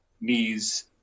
knees